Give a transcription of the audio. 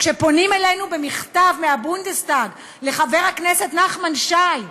פונים אלינו במכתב מהבונדסטג, חבר הכנסת נחמן שי,